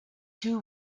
two